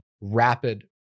rapid